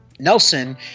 Nelson